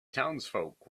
townsfolk